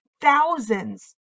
thousands